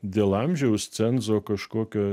dėl amžiaus cenzo kažkokio